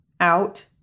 out